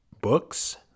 books